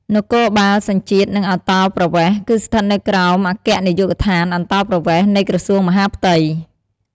នគរបាលសញ្ជាតិ និងអន្តោប្រវេសន៍ គឺស្ថិតនៅក្រោមអគ្គនាយកដ្ឋានអន្តោប្រវេសន៍ នៃក្រសួងមហាផ្ទៃ។